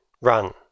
Run